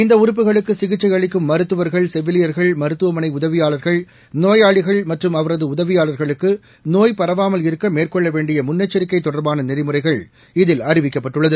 இந்த உறுப்புகளுக்கு சிகிச்சை அளிக்கும் மருத்துவர்கள் செவிலியர்கள் மருத்துவமளை உதவியாளா்கள் நோயாளிகள் மற்றும் அவரது உதவியாளா்களுக்கு நோய்பரவாமல் இருக்க மேற்கொள்ள வேண்டிய முன்னெச்சிக்கை தொடர்பான நெறிமுறைகள் இதில் அறிவிக்கப்பட்டுள்ளது